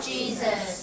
Jesus